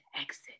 exit